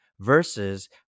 versus